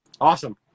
Awesome